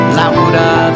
louder